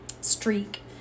streak